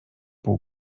pół